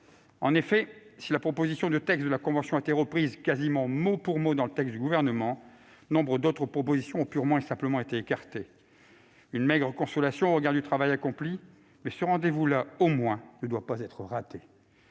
En effet, si cette proposition de la Convention a été reprise quasiment mot pour mot dans le présent projet de loi, nombre d'autres propositions ont purement et simplement été écartées. C'est une maigre consolation au regard du travail accompli, mais ce rendez-vous-là, au moins, ne doit pas être raté.